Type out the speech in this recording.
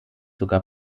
sogar